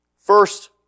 First